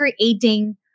creating